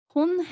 Hon